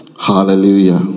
hallelujah